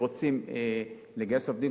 כשרוצים לגייס עובדים